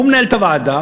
הוא מנהל את הוועדה,